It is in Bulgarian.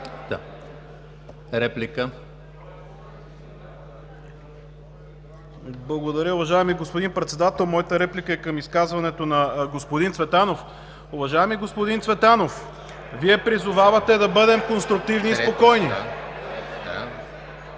за България): Благодаря, уважаеми господин Председател. Моята реплика е към изказването на господин Цветанов. Уважаеми господин Цветанов, Вие призовавате да бъдем конструктивни и спокойни.